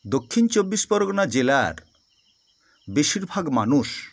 দক্ষিণ চব্বিশ পরগণা জেলার বেশিরভাগ মানুষ